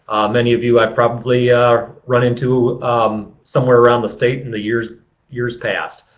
many of you i've probably ah run into somewhere around the state in the years years past.